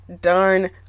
darn